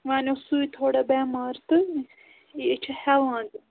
وَنو سُے تھوڑا بٮ۪مار تہٕ یہِ چھِ ہٮ۪وان